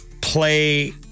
play